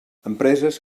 empreses